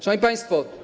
Szanowni Państwo!